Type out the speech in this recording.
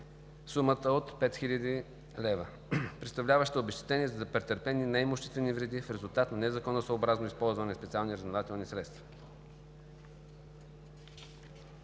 сумата от 5 хил. лв., представляваща обезщетение за претърпени неимуществени вреди в резултат на незаконосъобразно използване на специални разузнавателни средства.